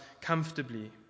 comfortably